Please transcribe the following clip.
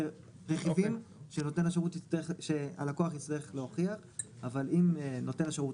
רכיבים שהלקוח יצטרך להוכיח אבל אם נותן השירות